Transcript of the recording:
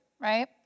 Right